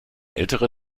ältere